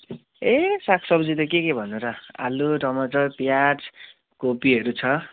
ए सागसब्जी त के के भन्नु र आलु टमाटर प्याज कोपीहरू छ